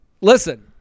listen